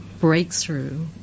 breakthrough